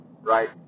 right